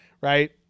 right